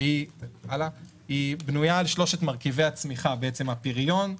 שהיא בנויה על שלושת מרכיבי הצמיחה: הפריון,